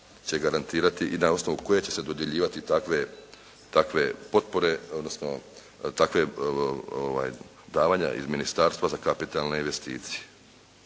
i na osnovu koje će se dodjeljivati takve potpore odnosno takve davanja iz ministarstva za kapitalne investicije.